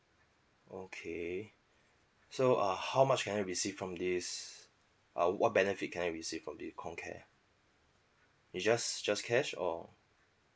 okay so uh how much can I receive from this uh what benefit can I receive from the comcare it just just cash or